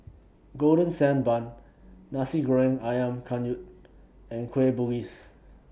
Golden Sand Bun Nasi Goreng Ayam Kunyit and Kueh Bugis